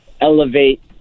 elevate